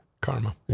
Karma